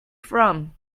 from